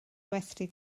gwesty